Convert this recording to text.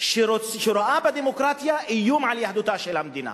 שרואה בדמוקרטיה איום על יהדותה של המדינה.